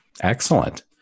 Excellent